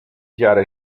jahre